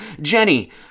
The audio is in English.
Jenny